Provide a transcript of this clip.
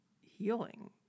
healing